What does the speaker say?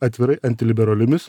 atvirai antiliberaliomis